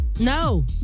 No